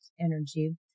energy